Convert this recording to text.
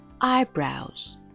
eyebrows